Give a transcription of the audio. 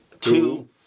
two